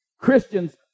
Christians